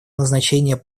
назначение